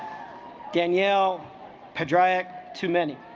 danielle padraic too many